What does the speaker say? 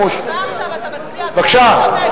בבקשה.